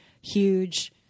huge